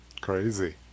crazy